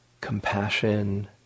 compassion